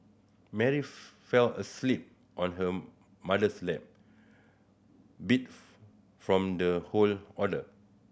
Mary fell asleep on her mother's lap beat from the whole ordeal